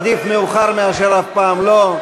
עדיף מאוחר מאשר אף פעם לא.